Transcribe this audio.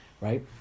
right